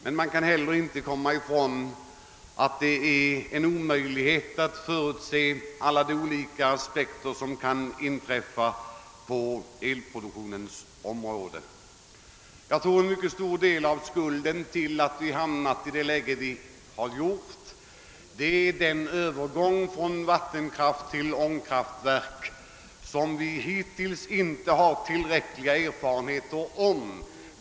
Men man kan inte heller komma ifrån att det är omöjligt att förutse allt som kan inträffa på elproduktionens område. Jag tror att orsaken till att vi hamnat i detta läge till mycket stor del ligger i övergången från vattenkraftverk till ångkraftverk, vilkas driftsäkerhet vi ännu inte har tillräckliga erfarenheter av.